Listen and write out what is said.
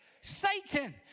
Satan